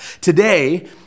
Today